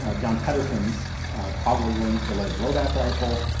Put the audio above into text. ah john pedersen's toggle link delayed blowback rifle.